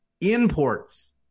imports